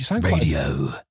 radio